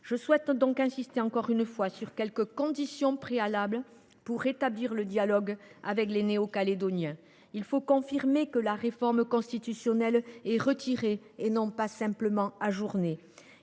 Je souhaite donc insister encore une fois sur quelques conditions préalables pour rétablir le dialogue avec les Néo Calédoniens. En premier lieu, il faut confirmer que la réforme constitutionnelle est retirée, et non simplement ajournée.